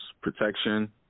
protection